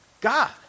God